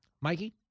Mikey